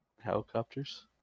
Helicopters